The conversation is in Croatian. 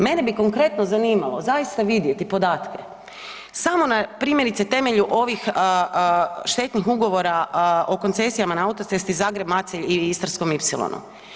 Mene bi, konkretno zanimalo, zaista vidjeti podatke, samo na primjerice, temelju ovih štetnih ugovora o koncesijama na autocesti Zagreb-Macelj i Istarskom ipsilonu.